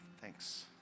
Thanks